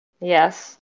Yes